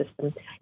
system